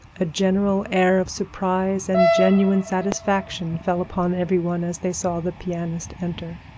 a general air of surprise and genuine satisfaction fell upon every one as they saw the pianist enter.